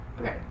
okay